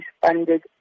funded